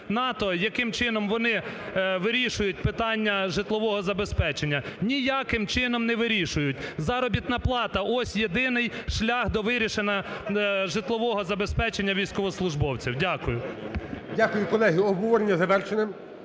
яким чином вони вирішують питання житлового забезпечення. Ніяким чином не вирішують. Заробітна плата – ось єдиний шлях до вирішення житлового забезпечення військовослужбовців. Дякую. Веде засідання